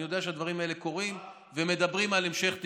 אני יודע שהדברים האלה קורים ומדברים על המשך תקצוב.